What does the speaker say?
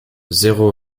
zéro